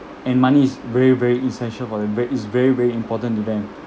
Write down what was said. and money is very very essential for them ve~ is very very important to them